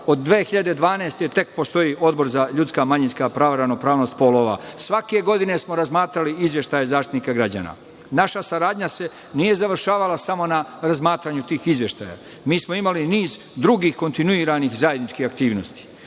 od 2012. godine tek postoji Odbor za ljudska i manjinska prava i ravnopravnost polova, svake godine smo razmatrali izveštaje Zaštitnika građana. Naša saradnja se nije završavala samo na razmatranju tih izveštaja. Mi smo imali niz drugih kontinuiranih zajedničkih aktivnosti.